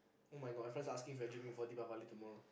[oh]-my-god my friend's asking for Deepavali tomorrow